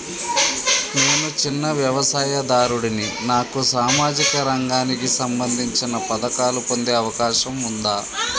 నేను చిన్న వ్యవసాయదారుడిని నాకు సామాజిక రంగానికి సంబంధించిన పథకాలు పొందే అవకాశం ఉందా?